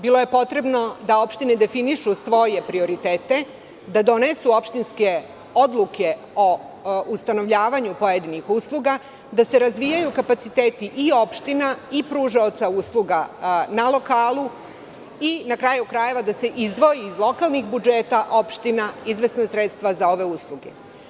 Bilo je potrebno da opštine definišu svoje prioritete, da donesu opštinske odluke o ustanovljavanju pojedinih usluga, da se razvijaju kapaciteti i opština i pružaoca usluga na lokalu i, na kraju krajeva, da se izdvoji iz lokalnih budžeta opština izvesna sredstva za ove usluge.